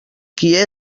qui